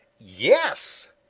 yes,